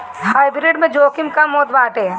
hybrid में जोखिम कम होत बाटे